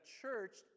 church